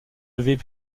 devait